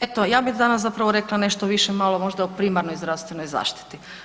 Eto, ja bi danas zapravo rekla nešto više malo možda o primarnoj zdravstvenoj zaštiti.